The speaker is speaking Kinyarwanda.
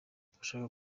turashaka